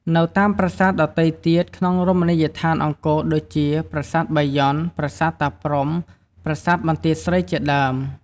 នៅតាមប្រាសាទដទៃទៀតក្នុងរមណីយដ្ឋានអង្គរដូចជា ប្រាសាទបាយ័ន ប្រាសាទតាព្រហ្ម ប្រាសាទបន្ទាយស្រី ជាដើម។